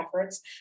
efforts